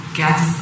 guess